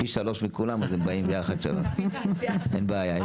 פי 3 מכולם אז הם באים פי 3. הלוואי,